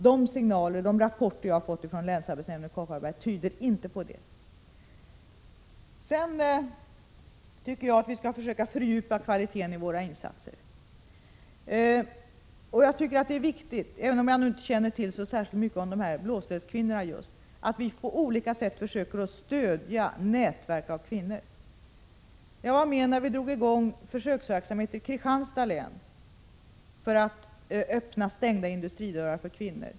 De signaler och rapporter jag har fått från länsarbetsnämnden i Kopparberg tyder inte på någonting sådant. Sedan tycker jag att vi skall försöka fördjupa kvaliteten i våra insatser. Jag tycker det är viktigt, även om jag inte känner till så mycket om just blåställskvinnorna, att på olika sätt stödja nätverk av kvinnor. Jag var med när vi drog i gång försöksverksamheten i Kristianstads län för att öppna stängda industridörrar för kvinnor.